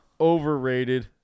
Overrated